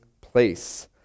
place